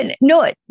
no